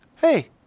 Hey